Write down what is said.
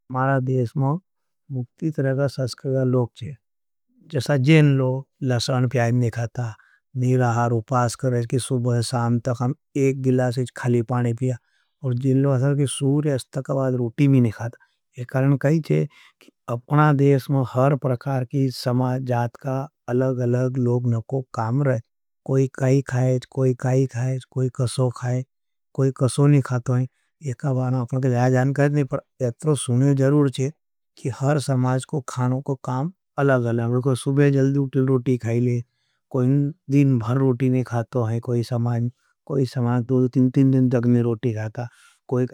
मारा देश में मुक्तित रहा सच्क्री का लोग चे, जसा जेन लोग लसन प्याइं नी खाता। नी रहार उपास कर रहे, कि सुबह साम तक हम एक गिलास इच खाली पाने पिया, और जेन लोग था कि सूर्य अस्तक बाद रूटी मी नी खाता। एक करण कही चे, अपना देश में बह अऩते प्याइं नी खाते, कि सुवार की समाज, स्वारत, जात का अलग अलग लोक न को काम हर रहे। कोई काई खायेठ कोई काई खायेठ कोई कसमु खाए, कोई कसमु नी खाता हैं, इक आना अपना देशा चनते नहीं पोर उना शुमन हैँ ज कोई गरत।